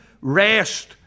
rest